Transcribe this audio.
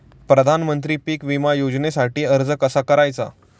प्रधानमंत्री पीक विमा योजनेसाठी अर्ज कसा करायचा?